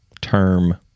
term